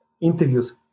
interviews